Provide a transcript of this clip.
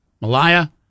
malaya